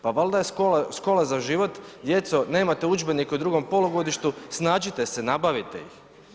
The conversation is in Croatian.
Pa valjda je „Škola za život“ djeco nemate udžbenik u drugom polugodištu, snađite se, nabavite ih.